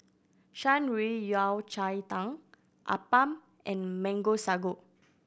Shan Rui Yao Cai Tang appam and Mango Sago